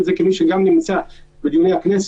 כמו גם לפתוח עסקים קטנים ללא קבלת קהל,